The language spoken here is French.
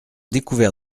découvert